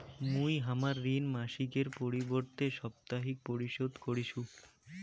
মুই হামার ঋণ মাসিকের পরিবর্তে সাপ্তাহিক পরিশোধ করিসু